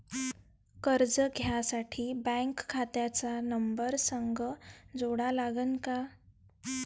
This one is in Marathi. कर्ज घ्यासाठी बँक खात्याचा नंबर संग जोडा लागन का?